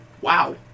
Wow